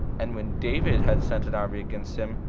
and when david had sent an army against them,